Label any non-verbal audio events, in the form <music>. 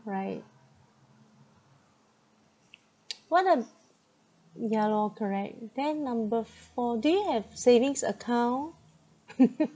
right <noise> one o~ ya lor correct then number four do you have savings account <laughs>